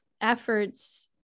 efforts